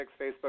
Facebook